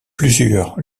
plusieurs